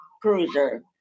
cruiser